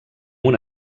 una